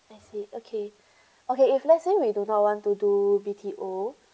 I see okay okay if let's say we do not want to do B_T_O